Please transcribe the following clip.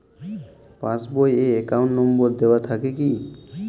Pass বই এ account number দেওয়া থাকে কি?